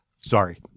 Sorry